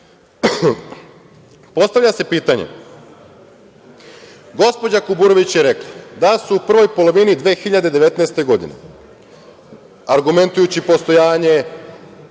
se pitanje, gospođa Kuburović je rekla da su u prvoj polovini 2019. godine argumentujući postojanje,